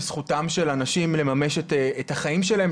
בזכותם של אנשים לממש את החיים שלהם,